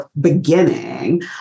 beginning